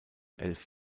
elf